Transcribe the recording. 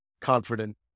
confident